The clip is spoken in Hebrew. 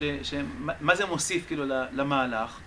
ש... מה זה מוסיף, כאילו, למהלך?